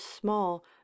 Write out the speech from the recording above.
small